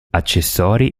accessori